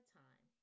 time